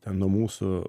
ten nuo mūsų